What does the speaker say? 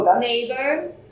neighbor